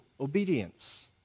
obedience